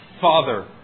father